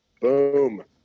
boom